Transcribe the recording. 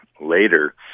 later